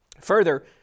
Further